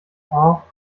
och